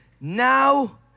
Now